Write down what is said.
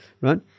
right